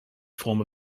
form